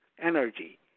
energy